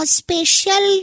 special